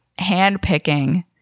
handpicking